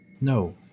No